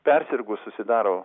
persirgus susidaro